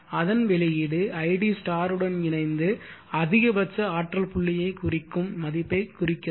அதன் வெளியீடு id உடன் இணைந்து அதிகபட்ச ஆற்றல் புள்ளியைக் குறிக்கும் மதிப்பைக் குறிக்கிறது